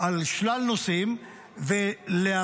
על שלל נושאים ולאפשר,